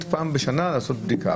פעם בשנה לעשות בדיקה.